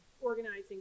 organizing